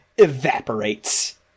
evaporates